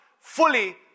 fully